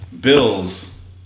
Bill's